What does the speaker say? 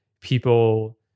people